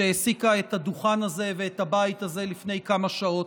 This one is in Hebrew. שהעסיקה את הדוכן הזה ואת הבית הזה לפני כמה שעות.